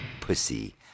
pussy